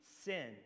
sin